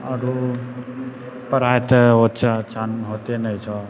आओरो पराठा आओर चा चाइ होतै ने छौ